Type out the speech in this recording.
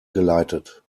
geleitet